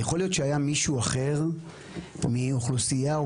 יכול להיות שהיה מישהו אחר מאוכלוסייה או